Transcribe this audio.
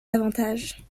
avantages